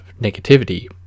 negativity